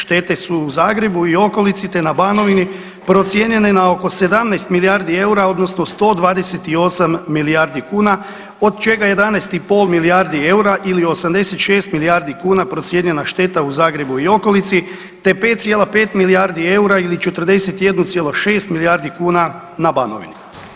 Štete su u Zagrebu i okolici te na Banovini procijenjene na oko 17 milijardi eura, odnosno 128 milijardi kuna, od čega 11,5 milijardi eura ili 86 milijardi kuna procijenjena šteta u Zagrebu i okolici, te 5,5 milijardi eura ili 41,6 milijardi kuna na Banovini.